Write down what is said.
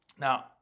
Now